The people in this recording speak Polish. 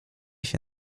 się